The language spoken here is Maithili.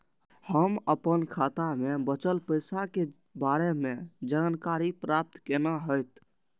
हम अपन खाता में बचल पैसा के बारे में जानकारी प्राप्त केना हैत?